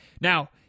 now